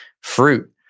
fruit